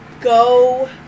go